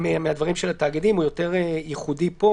מהדברים של התאגידים והוא יותר ייחודי פה